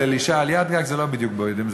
עליית גג זה לא בדיוק בוידם,